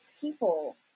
people